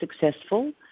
successful